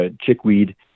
chickweed